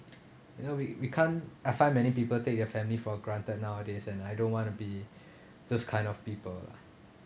you know we we can't I find many people take their family for granted nowadays and I don't wanna be those kind of people lah